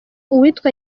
uwitwa